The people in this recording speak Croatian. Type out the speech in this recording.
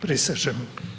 Prisežem.